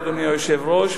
אדוני היושב-ראש,